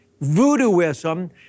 voodooism